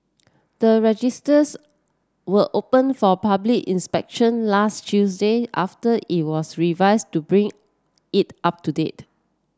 the registers were opened for public inspection last Tuesday after it was revised to bring it up to date